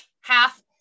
half